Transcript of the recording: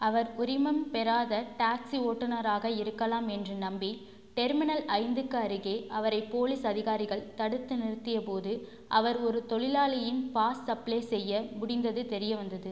அவர் உரிமம் பெறாத டாக்ஸி ஓட்டுநராக இருக்கலாம் என்று நம்பி டெர்மினல் ஐந்துக்கு அருகே அவரை போலீஸ் அதிகாரிகள் தடுத்து நிறுத்தியபோது அவர் ஒரு தொழிலாளியின் பாஸ் சப்ளை செய்ய முடிந்தது தெரிய வந்தது